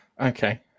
Okay